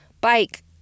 bike